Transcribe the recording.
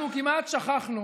אנחנו כמעט שכחנו